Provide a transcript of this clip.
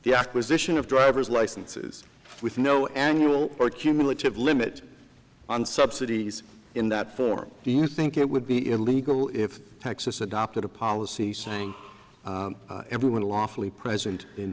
the acquisition of driver's licenses with no annual or cumulative limit on subsidies in that form do you think it would be illegal if texas adopted a policy saying everyone lawfully present in